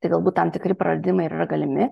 tai galbūt tam tikri praradimai ir yra galimi